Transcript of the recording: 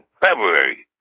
February